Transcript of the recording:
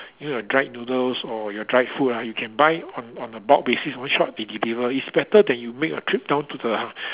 even your dried noodles or your dried food ah you can buy on on a bulk basis one shot they deliver it's better than you make a trip down to the